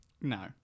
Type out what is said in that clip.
No